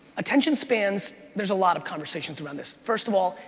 attention spans, there's a lot of conversations around this. first of all,